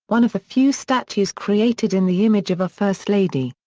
one of the few statues created in the image of a first lady.